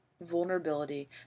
vulnerability